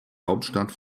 hauptstadt